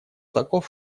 таков